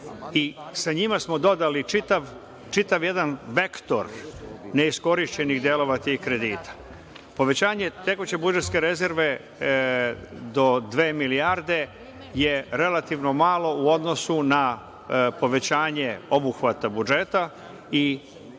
sa njima smo dodali i čitav jedan vektor neiskorišćenih delova tih kredita. Povećanje tekuće budžetske rezerve do dve milijarde je relativno malo u odnosu na povećanje obuhvata budžeta i